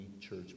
church